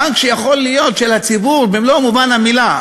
בנק שיכול להיות של הציבור במלוא מובן המילה.